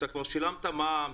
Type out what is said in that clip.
כשכבר שילמת מע"מ,